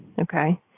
Okay